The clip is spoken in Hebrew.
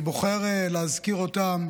אני בוחר להזכיר אותם